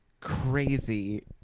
crazy